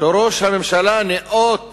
שראש הממשלה ניאות